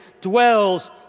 dwells